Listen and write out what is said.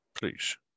Please